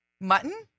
Mutton